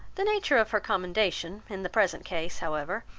the nature of her commendation, in the present case, however,